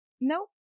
no